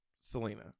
Selena